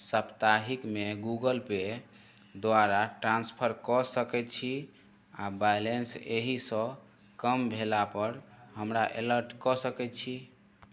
साप्ताहिकमे गूगलपे द्वारा ट्रान्सफर कऽ सकै छी आओर बैलेन्स एहिसँ कम भेलापर हमरा एलर्ट कऽ सकै छी